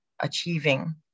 achieving